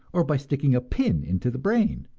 or by sticking a pin into the brain,